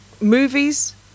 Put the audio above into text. movies